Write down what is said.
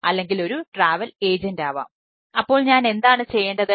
അപ്പോൾ ഞാൻ എന്താണ് ചെയ്യേണ്ടത്